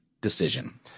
decision